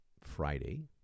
Friday